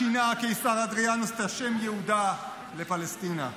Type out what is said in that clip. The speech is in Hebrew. שינה הקיסר אדריאנוס את השם "יהודה" ל"פלשתינה",